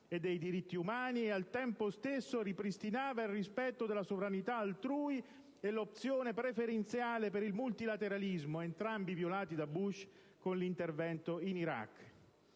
e dei diritti umani e, al tempo stesso, ripristinava il rispetto della sovranità altrui e l'opzione preferenziale per il multilateralismo, entrambi violati da Bush con l'intervento in Iraq.